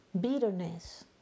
bitterness